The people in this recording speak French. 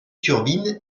turbine